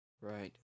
Right